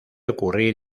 ocurrir